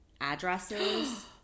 addresses